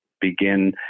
Begin